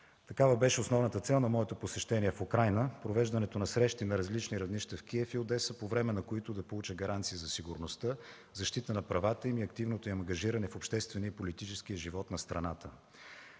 Такава беше основната цел на моето посещение в Украйна – провеждането на срещи на различни равнища в Киев и Одеса, по време на които да получа гаранция за сигурността, защита на правата или активното им ангажиране в обществения и политическия живот на страната.